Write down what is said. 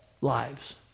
lives